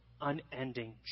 unending